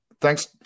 thanks